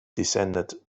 descended